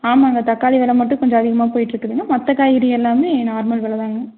ஆமாம்ங்க தக்காளி வெலை மட்டும் கொஞ்சம் அதிகமாக போய்ட்ருக்குதுங்க மற்ற காய்கறி எல்லாமே நார்மல் வெலை தான்ங்க